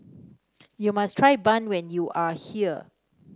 you must try bun when you are here